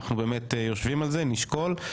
אנחנו באמת יושבים על זה נשקול,